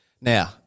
Now